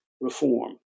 reform